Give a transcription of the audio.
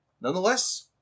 Nonetheless